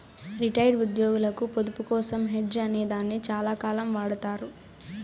retired ఉద్యోగులకు పొదుపు కోసం హెడ్జ్ అనే దాన్ని చాలాకాలం వాడతారు